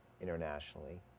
internationally